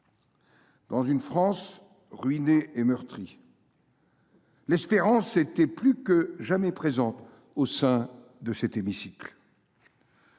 Dans une France ruinée et meurtrie, l’espérance était plus que jamais présente au sein de cet hémicycle.